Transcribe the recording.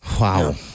Wow